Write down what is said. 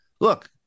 look